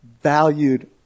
valued